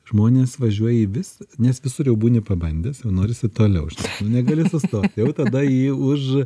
žmonės važiuoja į vis nes visur jau būni pabandęs jau norisi toliau žinai nu negaliu sustot jau tada jį už